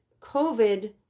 COVID